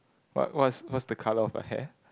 what what's what's the colour of her hair